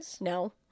No